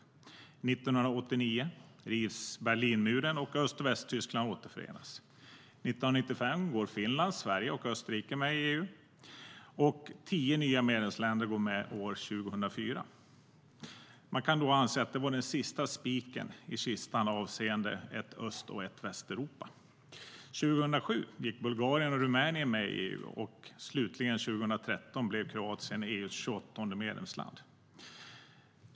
År 1989 revs Berlinmuren, och Östtyskland och Västtyskland återförenades. År 1995 gick Finland, Sverige och Österrike med i EU. Och tio nya medlemsländer gick med år 2004. Man kan då anse att det var den sista spiken i kistan avseende ett Östeuropa och ett Västeuropa.År 2007 gick Bulgarien och Rumänien med i EU. Och slutligen, 2013, blev Kroatien EU:s 28:e medlemsland.